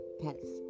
pets